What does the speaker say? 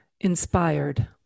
inspired